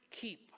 keep